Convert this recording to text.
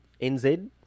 NZ